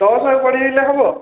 ଦଶ ଆଉ ବଢ଼େଇଲେ ହେବ